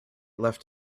left